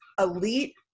elite